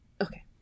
Okay